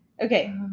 Okay